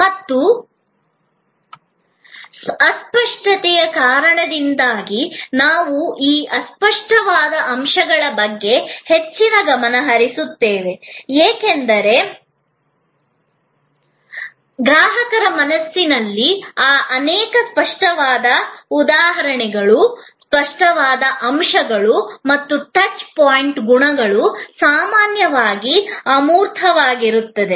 ಮತ್ತು ಅಸ್ಪಷ್ಟತೆಯ ಕಾರಣದಿಂದಾಗಿ ನಾವು ಆ ಸ್ಪಷ್ಟವಾದ ಅಂಶಗಳ ಬಗ್ಗೆ ಹೆಚ್ಚಿನ ಗಮನ ಹರಿಸುತ್ತೇವೆ ಏಕೆಂದರೆ ಗ್ರಾಹಕರ ಮನಸ್ಸಿನಲ್ಲಿ ಆ ಅನೇಕ ಸ್ಪಷ್ಟವಾದ ಅಂಶಗಳು ಮತ್ತು ಟಚ್ ಪಾಯಿಂಟ್ ಗುಣಗಳು ಸಾಮಾನ್ಯವಾಗಿ ಅಮೂರ್ತ ಅನುಭವದ ಪ್ರಾಕ್ಸಿಯಾಗಿ ಕಾರ್ಯನಿರ್ವಹಿಸುತ್ತವೆ